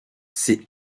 ces